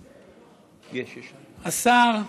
השר,